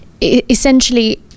essentially